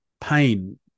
pain